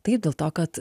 taip dėl to kad